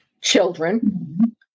children